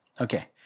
Okay